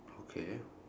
okay